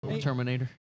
Terminator